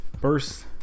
First